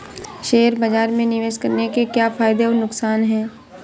Share बाज़ार में निवेश करने के क्या फायदे और नुकसान हैं?